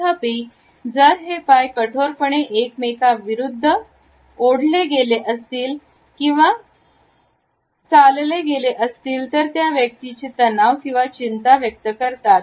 तथापि जर हे पाय कठोरपणे एकमेकाविरुद्ध फोडले गेले असतील किंवा चालले गेले असतील तर त्या व्यक्तीचे तणाव आणि चिंता व्यक्त करतात